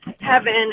heaven